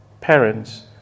parents